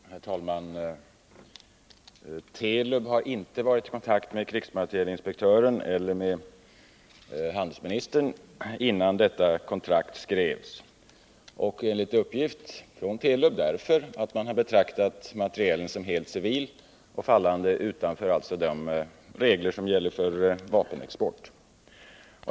Herr talman! Telub har inte varit i kontakt med krigsmaterielinspektören eller med handelsministern innan detta kontrakt skrevs därför att, enligt uppgift från Telub, man har betraktat denna materiel som helt civil och alltså fallande utanför de regler som gäller för vapenexport.